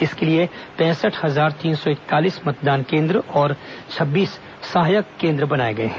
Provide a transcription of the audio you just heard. इसके लिए पैंसठ हजार तीन सौ इकतालीस मतदान केन्द्र और छब्बीस सहायक केन्द्र बनाए गए हैं